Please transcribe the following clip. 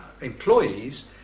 employees